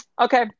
Okay